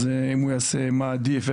אז אם הוא יעשה מה עדיף,